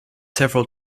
several